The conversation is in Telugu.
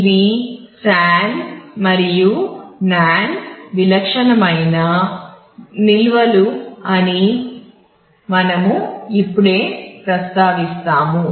ఇవి SAN మరియు NAN విలక్షణమైన నిల్వలు అని మనము ఇప్పుడే ప్రస్తావిస్తాము